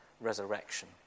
resurrection